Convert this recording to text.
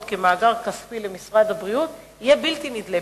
כמאגר כספי למשרד הבריאות יהיה בלתי נדלה.